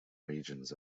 regions